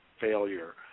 failure